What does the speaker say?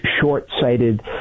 short-sighted